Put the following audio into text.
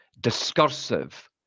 discursive